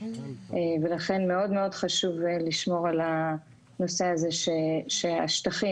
לכן מאוד חשוב לשמור על הנושא הזה שהשטחים